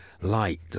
Light